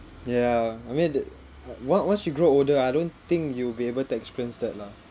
ya I mean th~ o~ once you grow older I don't think you will be able to experience that lah